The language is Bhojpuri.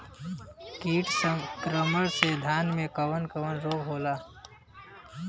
कीट संक्रमण से धान में कवन कवन रोग होला?